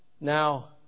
Now